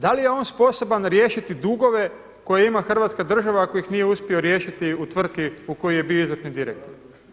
Da li je on sposoban riješiti dugove koje ima Hrvatska država ako ih nije uspio riješiti u tvrtki u kojoj je bio izvršni direktor?